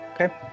Okay